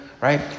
Right